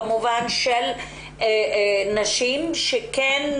במובן של נשים שכן